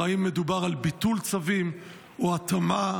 כלומר, האם מדובר על ביטול צווים או התאמה?